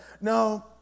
no